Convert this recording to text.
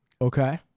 Okay